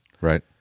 Right